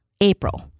April